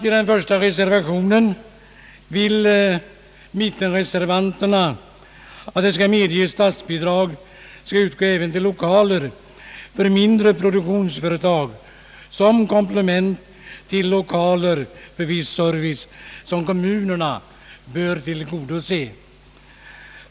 I den första reservationen vill mittenreservanterna att det skall medges att statsbidrag kan utgå även till lokaler för mindre produktionsföretag som komplement för viss service som kommunerna bör tillgodose.